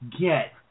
get